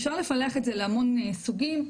אפשר לפלח את זה להמון סוגים,